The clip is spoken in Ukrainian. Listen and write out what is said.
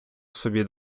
собі